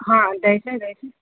हँ दैत छै दैत छै